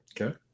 Okay